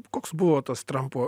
koks buvo tas trampo